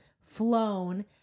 flown